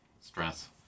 Stress